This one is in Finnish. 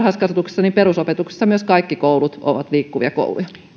paitsi varhaiskasvatuksessa myös perusopetuksessa kaikki koulut ovat liikkuvia kouluja